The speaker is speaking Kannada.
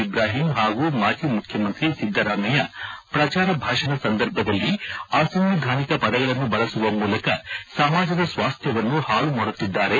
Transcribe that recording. ಇಬ್ರಾಹಿಂ ಹಾಗೂ ಮಾಜಿ ಮುಖ್ಯಮಂತ್ರಿ ಸಿದ್ದರಾಮಯ್ಯ ಪ್ರಚಾರ ಭಾಷಣ ಸಂದರ್ಭದಲ್ಲಿ ಅಸಂವಿಧಾನಿಕ ಪದಗಳನ್ನು ಬಳಸುವ ಮೂಲಕ ಸಮಾಜದ ಸ್ವಾಸ್ಟ್ವನ್ನು ಹಾಳುಮಾಡುತ್ತಿದ್ದಾರೆ